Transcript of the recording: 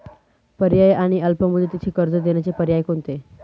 पर्यायी आणि अल्प मुदतीचे कर्ज देण्याचे पर्याय काय?